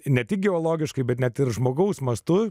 ne tik geologiškai bet net ir žmogaus mastu